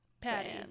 patty